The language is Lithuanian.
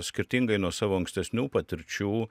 skirtingai nuo savo ankstesnių patirčių